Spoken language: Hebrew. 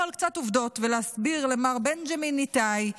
על קצת עובדות ולהסביר למר בנג'מין ניתאי,